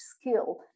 skill